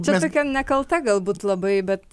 čia tokia nekalta galbūt labai bet